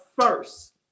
first